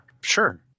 Sure